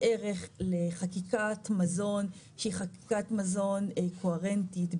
ערך לחקיקת מזון שהיא חקיקת מזון קוהרנטית,